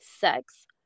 sex